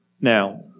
Now